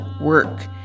work